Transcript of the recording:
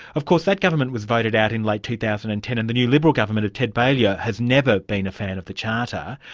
of course, that government was voted out in late two thousand and ten and the new liberal government of ted baillieu has never been a fan of the charter.